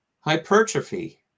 hypertrophy